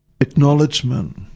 acknowledgement